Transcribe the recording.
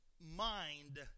mind